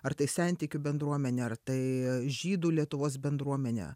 ar tai sentikių bendruomenė ar tai žydų lietuvos bendruomenė